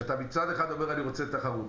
שאתה מצד אחד אומר: אני רוצה תחרות,